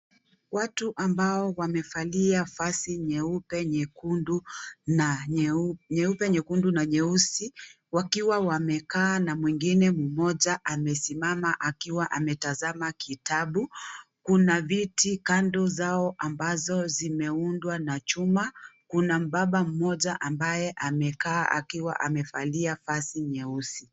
Watu ambao wamevalia vazi nyeupe, nyekundu, na nyeusi wakiwa wamekaa na mwingine mmoja amesimama akiwa ametazama kitabu. Kuna viti kando vyao ambavyo vimeundwa na chuma, kuna baba mmoja amekaa akiwa amevalia vazi nyeusi.